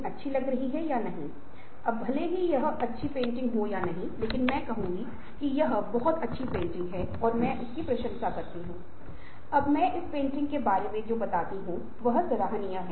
इसलिए बाहरी और आंतरिक स्थिति प्रौद्योगिकी फर्म की आर्थिक समृद्धि के बीच असंतुलन है और ये कुछ चीजें हैं जो बाहरी वातावरण है